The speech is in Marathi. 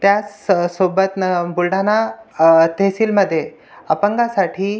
त्याच स सोबत ना बुलढाणा तहसीलमध्ये अपंगांसाठी